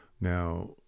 Now